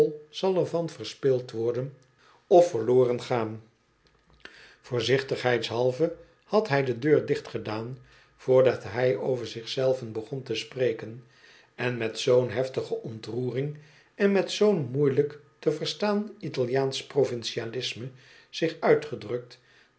van verspild worden of verloren gaan voorzichtigheidshalve had hij de deur dichtgedaan voordat hij over zich zelven begon te spreken en met zoo'n heftige ontroering en met zoo'n moeielijk te verstaan italiaansch provincialisme zich uitgedrukt